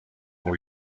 muy